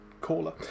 caller